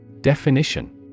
Definition